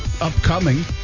upcoming